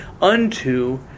unto